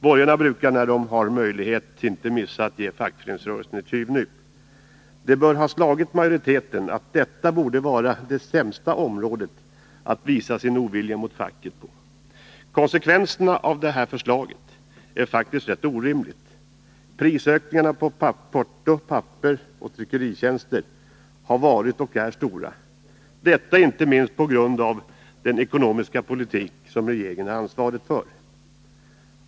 Borgarna brukar när de har möjlighet inte missa att ge fackföreningsrörelsen ett tjuvnyp. Det bör ha slagit majoriteten att detta borde vara det sämsta området att visa sin ovilja mot facket på. Konsekvenserna av detta förslag är faktiskt rätt orimliga. Prisökningarna på porto, papper och tryckeritjänster har varit och är stora — detta inte minst på grund av den ekonomiska politik som regeringen är ansvarig för.